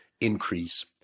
increase